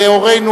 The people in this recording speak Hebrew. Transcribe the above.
והורינו,